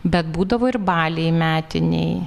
bet būdavo ir baliai metiniai